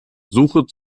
suche